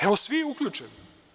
Evo, svi uključeni.